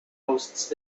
hosts